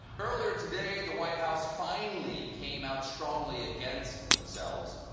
earlier today, the white house finally came out strongly against. themselves.